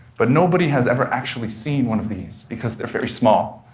but nobody has ever actually seen one of these, because they're very small,